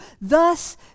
Thus